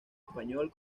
español